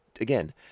again